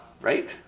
right